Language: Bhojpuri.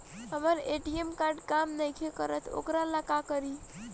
हमर ए.टी.एम कार्ड काम नईखे करत वोकरा ला का करी?